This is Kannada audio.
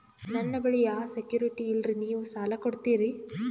ನನ್ನ ಬಳಿ ಯಾ ಸೆಕ್ಯುರಿಟಿ ಇಲ್ರಿ ನೀವು ಸಾಲ ಕೊಡ್ತೀರಿ?